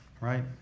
right